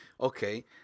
okay